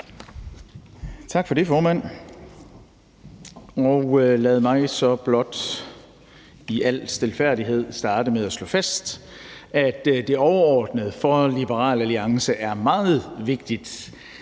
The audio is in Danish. Tak for det, formand. Lad mig så blot i al stilfærdighed starte med at slå fast, at det for Liberal Alliance overordnet er meget vigtigt,